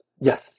yes